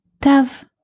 Tav